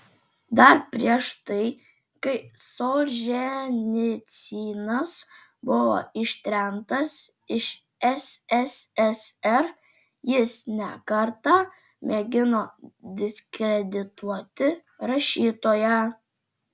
dar prieš tai kai solženicynas buvo ištremtas iš sssr jis ne kartą mėgino diskredituoti rašytoją